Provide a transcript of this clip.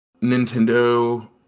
Nintendo